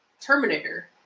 Terminator